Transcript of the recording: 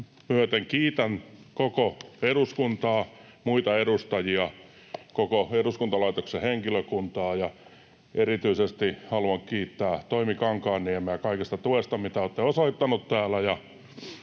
kiitän koko eduskuntaa, muita edustajia, koko eduskuntalaitoksen henkilökuntaa ja erityisesti haluan kiittää Toimi Kankaanniemeä kaikesta tuesta, mitä olette osoittanut täällä,